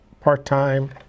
part-time